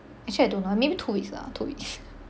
actually I don't know maybe two weeks lah two weeks